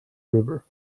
river